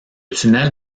tunnel